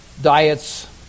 Diets